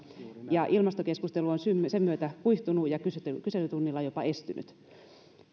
ja ilmastokeskustelu on sen myötä kuihtunut ja kyselytunnilla jopa estynyt